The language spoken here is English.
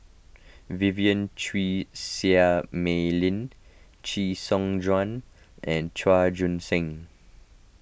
Vivien Quahe Seah Mei Lin Chee Soon Juan and Chua Joon Siang